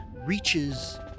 reaches